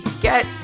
get